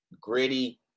gritty